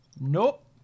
Nope